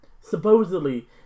Supposedly